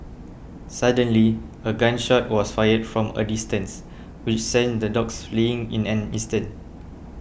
suddenly a gun shot was fired from a distance which sent the dogs fleeing in an instant